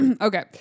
Okay